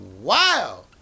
wow